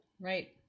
Right